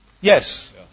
Yes